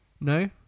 No